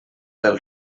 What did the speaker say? del